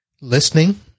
listening